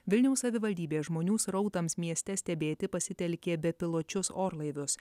vilniaus savivaldybė žmonių srautams mieste stebėti pasitelkė bepiločius orlaivius